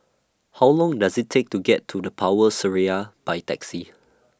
How Long Does IT Take to get to The Power Seraya By Taxi